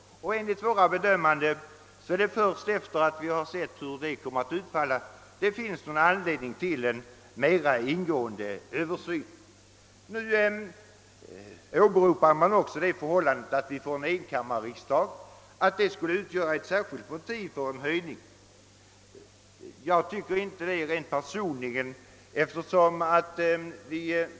Enligt vårt bedömande är det först sedan vi har sett hur det utfaller som det kan finnas anledning till en översyn. Nu åberopar man också som ett särskilt motiv för en höjning att vi får en enkammarriksdag.